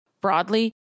broadly